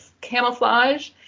camouflage